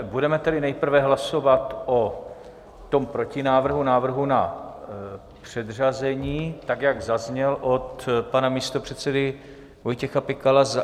Budeme tedy nejprve hlasovat o tom protinávrhu, návrhu na předřazení, tak jak zazněl od pana místopředsedy Vojtěcha Pikala.